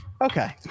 Okay